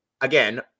again